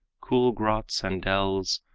cool grots and dells,